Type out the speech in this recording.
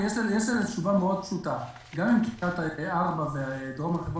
יש לזה תשובה מאוד פשוטה: גם אם קריית-ארבע ודרום הר חברון